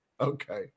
Okay